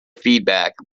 feedback